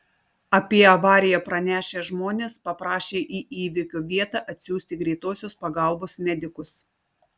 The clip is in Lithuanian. apie avariją pranešę žmonės paprašė į įvykio vietą atsiųsti greitosios pagalbos medikus